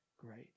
great